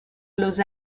los